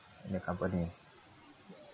new company